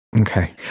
Okay